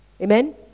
Amen